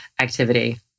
activity